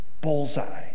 bullseye